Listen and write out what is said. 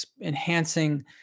enhancing